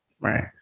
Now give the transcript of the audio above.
right